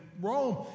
Rome